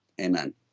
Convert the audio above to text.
Amen